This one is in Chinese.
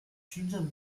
军政